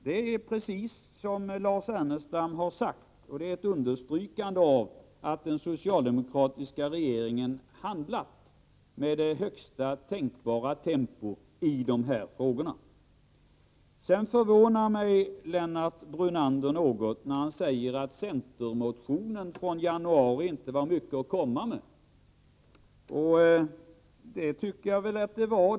Det är precis som Lars Ernestam har sagt, och det är ett understrykande av att den socialdemokratiska regeringen handlat med högsta tänkbara tempo i de här frågorna. Lennart Brunander förvånar mig något när han säger att centermotionen från januari inte var mycket att komma med. Det tycker jag väl att den var.